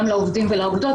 גם לעובדים ולעובדות,